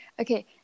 okay